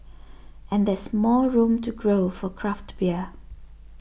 and there's more room to grow for craft beer